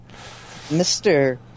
Mr